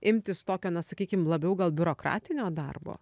imtis tokio na sakykim labiau gal biurokratinio darbo